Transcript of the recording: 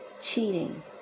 cheating